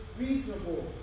reasonable